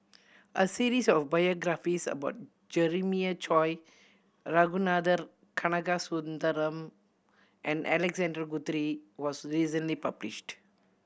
a series of biographies about Jeremiah Choy Ragunathar Kanagasuntheram and Alexander Guthrie was recently published